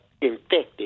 infected